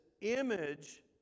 image